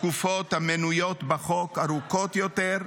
התקופות המנויות בחוק ארוכות יותר,